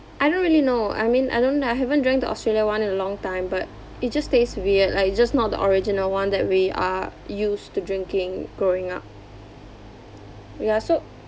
I don't really know I mean I don't I haven't drink the Australia one in a long time but it just tastes weird like it's just not the original one that we are used to drinking growing up ya so